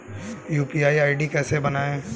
UPI ID कैसे बनाएं?